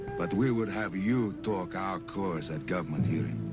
but we would have you talk our cause at government hearing.